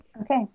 Okay